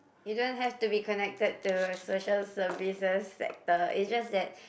you don't have to be connected to a social services sector is just that